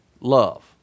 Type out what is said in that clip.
love